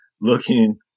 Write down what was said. looking